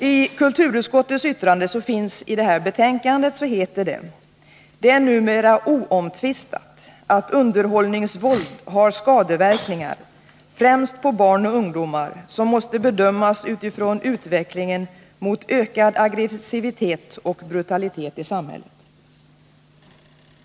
I kulturutskottets yttrande, som finns med som bilaga till konstitutionsutskottets betänkande, heter det: ”Det är numera oomtvistat att underhållningsvåld har skadeverkningar, främst på barn och ungdom, och måste bedömas utifrån utvecklingen mot ökad agressivitet och brutalitet i samhället.